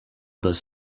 this